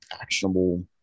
actionable